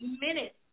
minutes